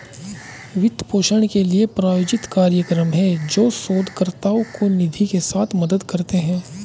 वित्त पोषण के लिए, प्रायोजित कार्यक्रम हैं, जो शोधकर्ताओं को निधि के साथ मदद करते हैं